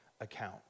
account